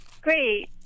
Great